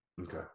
Okay